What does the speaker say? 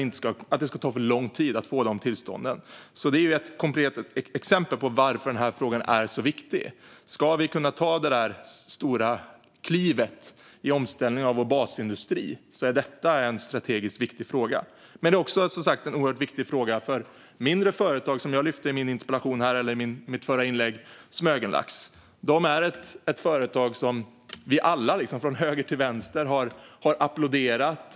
Det här är ett konkret exempel på varför frågan är så viktig. Ska vi kunna ta det här stora klivet i omställning av vår basindustri är detta en strategiskt viktig fråga. Men det är också, som sagt, en oerhört viktig fråga för mindre företag. I mitt förra inlägg lyfte jag fram Smögenlax. Det är ett företag som vi alla från höger till vänster har applåderat.